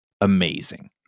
amazing